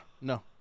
No